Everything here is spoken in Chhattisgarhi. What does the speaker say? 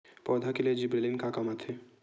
पौधा के लिए जिबरेलीन का काम आथे?